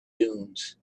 dunes